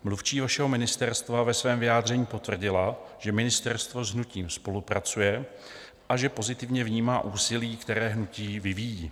Mluvčí vašeho ministerstva ve svém vyjádření potvrdila, že ministerstvo s hnutím spolupracuje a že pozitivně vnímá úsilí, které hnutí vyvíjí.